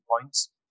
points